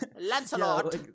Lancelot